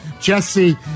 Jesse